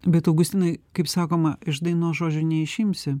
bet augustinai kaip sakoma iš dainos žodžių neišimsi